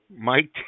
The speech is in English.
Mike